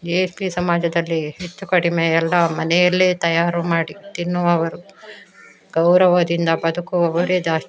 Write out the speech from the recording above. G S B ಸಮಾಜದಲ್ಲಿ ಹೆಚ್ಚು ಕಡಿಮೆ ಎಲ್ಲ ಮನೆಯಲ್ಲೇ ತಯಾರು ಮಾಡಿ ತಿನ್ನುವವರು ಗೌರವದಿಂದ ಬದುಕುವವರೇ ಜಾಸ್ತಿ